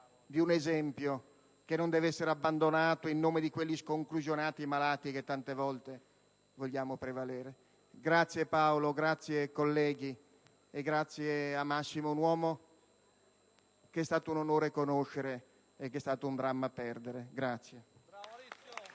di un esempio che non deve essere abbandonato in nome di quegli sconclusionati malati che tante volte vogliono prevalere. Grazie Paolo, grazie colleghi, e grazie a Massimo: un uomo che è stato un onore conoscere e che è stato un dramma perdere. *(Vivi